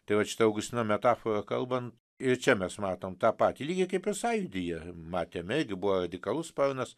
tai vat šita augustino metafora kalbant ir čia mes matom tą patį lygiai kaip ir sąjūdyje matėm irgi buvo radikalus sparnas